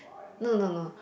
no no no